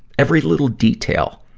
every little detail.